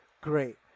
Great